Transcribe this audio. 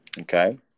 Okay